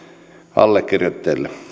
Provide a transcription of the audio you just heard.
allekirjoittajille